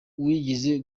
wigize